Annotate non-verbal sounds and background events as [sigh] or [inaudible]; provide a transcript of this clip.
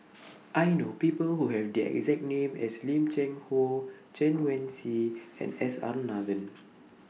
[noise] I know People Who Have The exact name as Lim Cheng Hoe Chen Wen Hsi [noise] and S R Nathan